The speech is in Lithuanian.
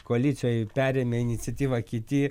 koalicijoj perėmė iniciatyvą kiti